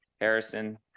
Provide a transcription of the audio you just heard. Harrison